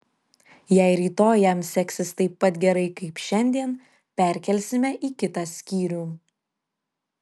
jei rytoj jam seksis taip pat gerai kaip šiandien perkelsime į kitą skyrių